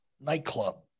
nightclub